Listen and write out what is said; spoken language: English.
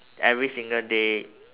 every single day